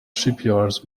shipyards